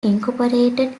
incorporated